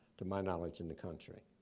to my knowledge, in the country.